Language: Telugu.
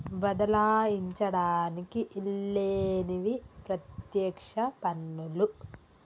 బదలాయించడానికి ఈల్లేనివి పత్యక్ష పన్నులు